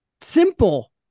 simple